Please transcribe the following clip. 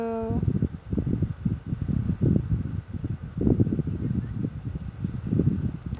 hopefully I won't dance a lot during my presentation bye